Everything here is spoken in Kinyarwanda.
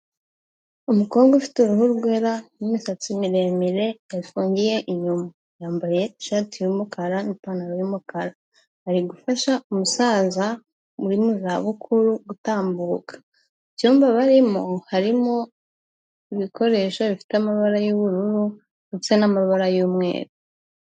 Umukobwa ufite uruhu rwera n'imisatsi miremire yafungiye inyuma. Yambaye ishati y'umukara n'ipantaro y'umukara. Ari gufasha umusaza uri mu zabukuru gutambuka. Icyumba barimo, harimo ibikoresho bifite amabara y'ubururu ndetse n'amabara y'umweru.